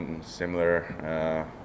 similar